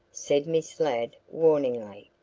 said miss ladd warningly.